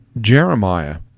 Jeremiah